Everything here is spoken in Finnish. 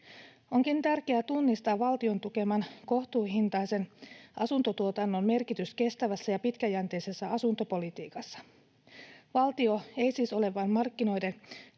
Onkin tärkeää tunnistaa valtion tukeman kohtuuhintaisen asuntotuotannon merkitys kestävässä ja pitkäjänteisessä asuntopolitiikassa. Valtio ei siis ole vain markkinoiden